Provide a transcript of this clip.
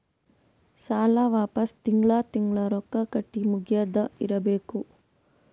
ಸಾಲ ವಾಪಸ್ ತಿಂಗಳಾ ತಿಂಗಳಾ ರೊಕ್ಕಾ ಕಟ್ಟಿ ಮುಗಿಯದ ಇರ್ಬೇಕು